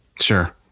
Sure